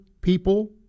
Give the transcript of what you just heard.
people